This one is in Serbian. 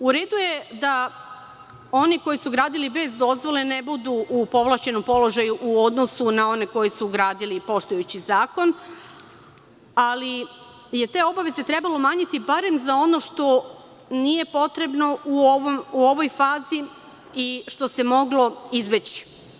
U redu je da oni koji su gradili bez dozvole ne budu u povlašćenom položaju u odnosu na one koji su gradili poštujući zakon, ali je te obaveze trebalo umanjiti barem za ono što nije potrebno u ovoj fazi i što se moglo izbeći.